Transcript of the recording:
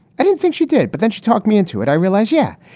i didn't think she did, but then she talked me into it. i realized, yeah,